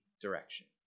direction